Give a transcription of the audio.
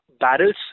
barrels